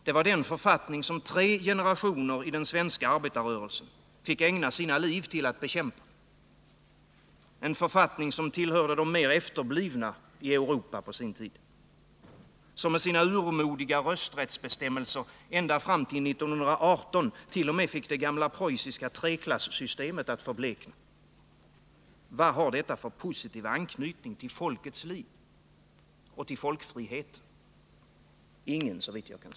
Det var den författning som tre generationer i den svenska arbetarrörelsen fick ägna sina liv åt att bekämpa —-en författning, som tillhörde de mer efterblivna i Europa på sin tid, som med sina urmodiga rösträttsbestämmelser ända fram till 1918 t.o.m. fick det gamla preussiska treklassystemet att förblekna. Vad har detta för positiv anknytning till folkets liv och folkfriheten? Ingen, såvitt jag kan se.